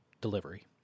delivery